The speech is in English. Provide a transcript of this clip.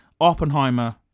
Oppenheimer